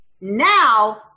Now